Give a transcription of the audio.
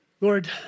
Lord